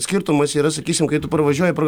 skirtumas yra sakysim kai tu pravažiuoji pro